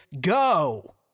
go